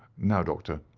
now, doctor,